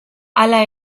hala